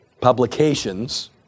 publications